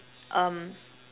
um